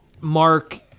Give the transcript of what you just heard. Mark